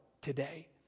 today